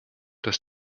dass